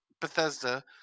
Bethesda